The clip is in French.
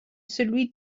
celui